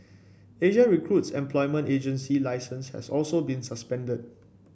Asia Recruit's employment agency licence has also been suspended